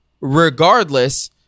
regardless